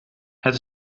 het